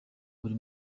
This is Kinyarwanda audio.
buri